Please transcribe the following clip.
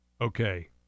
okay